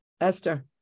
Esther